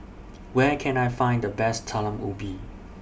Where Can I Find The Best Talam Ubi